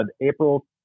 April